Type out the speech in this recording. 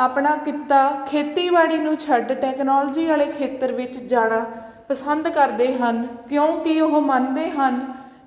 ਆਪਣਾ ਕਿੱਤਾ ਖੇਤੀਬਾੜੀ ਨੂੰ ਛੱਡ ਟੈਕਨੋਲਜੀ ਵਾਲੇ ਖੇਤਰ ਵਿੱਚ ਜਾਣਾ ਪਸੰਦ ਕਰਦੇ ਹਨ ਕਿਉਂਕਿ ਉਹ ਮੰਨਦੇ ਹਨ